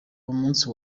munsi